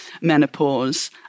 menopause